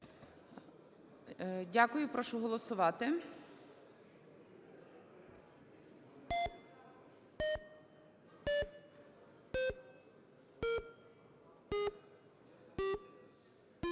Дякую. Прошу голосувати.